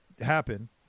happen